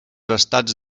estats